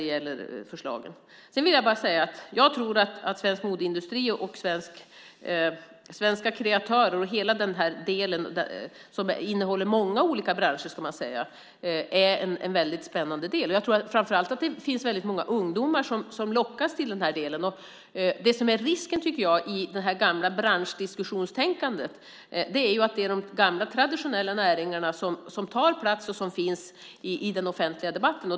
Sedan vill jag bara säga att jag tycker att svensk modeindustri, svenska kreatörer och hela den här delen som innehåller många olika branscher - det ska man säga - är en väldigt spännande del. Jag tror framför allt att det finns väldigt många ungdomar som lockas till detta. Det som är risken, tycker jag, i det här gamla branschtänkandet, är att de gamla, traditionella näringarna tar plats och finns i den offentliga debatten.